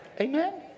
Amen